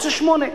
רוצה שמונה,